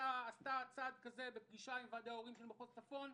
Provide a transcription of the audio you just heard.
שעשתה צעד כזה בפגישה עם ועדי הורים של מחוז צפון.